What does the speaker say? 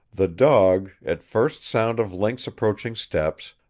the dog, at first sound of link's approaching steps,